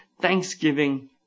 Thanksgiving